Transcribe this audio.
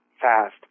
fast